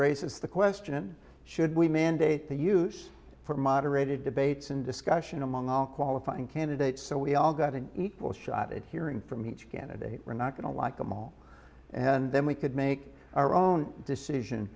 raises the question should we mandate the use for moderated debates and discussion among all qualifying candidates so we all got an equal shot at hearing from each candidate we're not going to like them all and then we could make our own decision